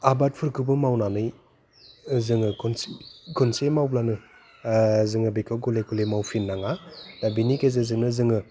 आबादफोरखौबो मावनानै जोङो खनसे खनसे मावब्लानो जोङो बेखौ गले गले मावफिननाङा दा बेनि गेजेरजोंनो जोङो